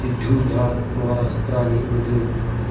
सिधुदारध महारासत्रानि बोथोर